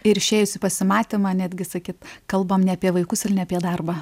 ir išėjus į pasimatymą netgi sakyt kalbam ne apie vaikus ir ne apie darbą